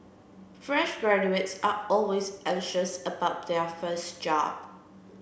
fresh graduates are always anxious about their first job